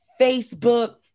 facebook